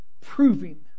Proving